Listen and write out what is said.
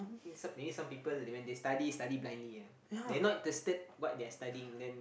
I think some maybe some people when they study study blindly ah they not understand what they're studying then